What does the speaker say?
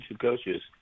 coaches